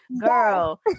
girl